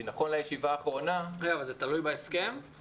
כי נכון לישיבה האחרונה --- זה תלוי בהסכם או